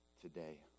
today